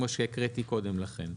כמו שהקראתי קודם לכן.